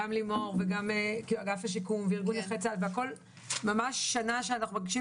גם לימור וגם אגף השיקום וארגון נכי צה"ל והכול ממש שנה שאנחנו מרגישים